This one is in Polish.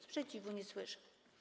Sprzeciwu nie słyszę.